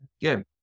good